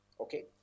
Okay